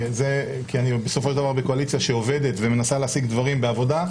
כי בסופו של דבר אני בקואליציה שעובדת ומנסה להשיג דברים בעבודה,